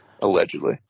Allegedly